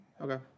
Okay